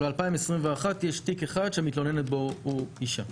אבל 2021, יש תיק אחד שמתלוננת בו היא אישה.